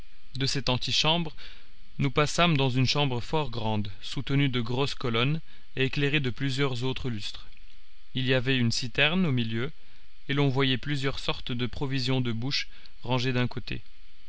de cette antichambre nous passâmes dans une chambre fort grande soutenue de grosses colonnes et éclairée de plusieurs autres lustres il y avait une citerne au milieu et l'on voyait plusieurs sortes de provisions de bouche rangées d'un côté